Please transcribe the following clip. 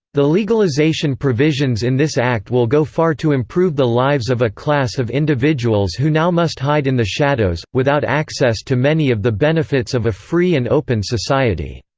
the legalization provisions in this act will go far to improve the lives of a class of individuals who now must hide in the shadows, without access to many of the benefits of a free and open society.